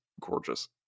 gorgeous